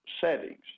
settings